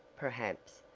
perhaps,